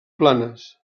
planes